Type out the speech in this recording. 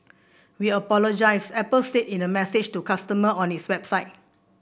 we apologise Apple said in a message to customer on its website